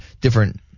different